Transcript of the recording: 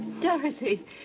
Dorothy